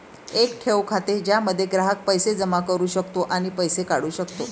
एक ठेव खाते ज्यामध्ये ग्राहक पैसे जमा करू शकतो आणि पैसे काढू शकतो